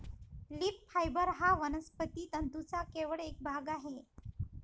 leaf fibre हा वनस्पती तंतूंचा केवळ एक भाग आहे